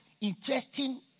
interesting